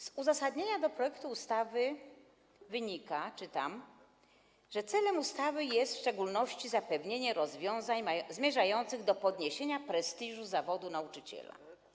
Z uzasadnienia do projektu ustawy wynika, że celem ustawy jest w szczególności zapewnienie rozwiązań zmierzających do podniesienia prestiżu zawodu nauczyciela.